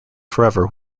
forever